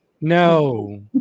No